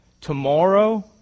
tomorrow